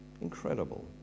incredible